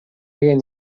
деген